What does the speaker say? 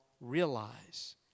realize